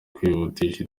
kwihutisha